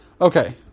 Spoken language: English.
Okay